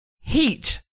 heat